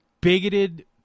bigoted